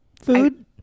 food